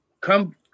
come